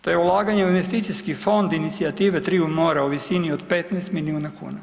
To je ulaganje u Investicijski fond inicijative triju mora u visini od 15 milijuna kuna.